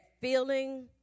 feeling